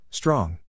Strong